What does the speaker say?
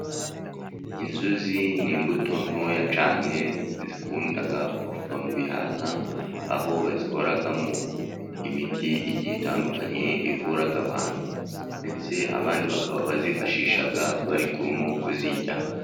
Inzuzi ni immbuto ntoya cyane zikunda kuva mu bihaza aho bazikoramo imiti igihe itandukanye ivura abantu ndetse abandi bakaba bazifashisha bari kuzirya.